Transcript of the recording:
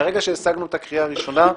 מהרגע שהשגנו את הקריאה הראשונה,